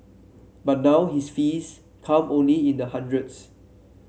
but now his fees come only in the hundreds